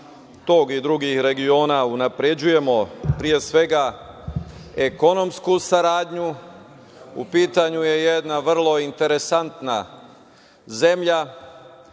tog i drugih regiona, unapređujemo pre svega ekonomsku saradnju. U pitanju je jedna vrlo interesantna zemlja,